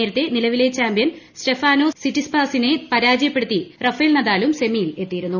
ന്രേത്തെ നിലവിലെ champion Stefanos സിറ്റ്സിപാസിനെ പരാജയപ്പെടുത്തി റാഫേൽ നദാലും സെമിയിലെത്തിയിരുന്നു